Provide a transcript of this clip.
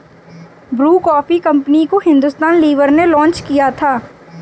Bru coffee company को Hindustan Lever ने launch किया था